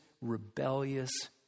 rebellious